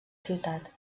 ciutat